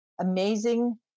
amazing